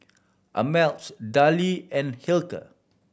Ameltz Darlie and Hilker